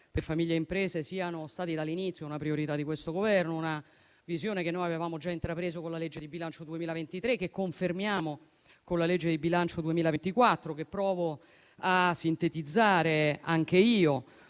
per famiglie e imprese siano stati dall'inizio una priorità di questo Governo. È una visione che avevamo già intrapreso con la legge di bilancio 2023, che confermiamo con la manovra di bilancio 2024 e che provo a sintetizzare anche io.